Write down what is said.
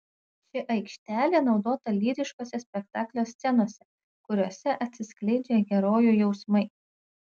ši aikštelė naudota lyriškose spektaklio scenose kuriose atsiskleidžia herojų jausmai